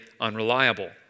unreliable